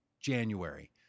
January